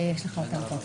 נמצאים אתנו כאן חבר הכנסת